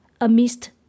amidst